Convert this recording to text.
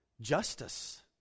justice